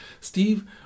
Steve